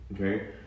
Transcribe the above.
okay